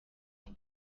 être